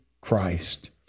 Christ